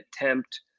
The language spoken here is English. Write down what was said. attempt